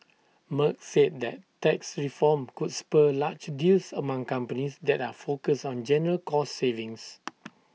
Merck said that tax reform could spur large deals among companies that are focused on general cost savings